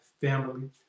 family